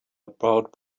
about